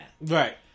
Right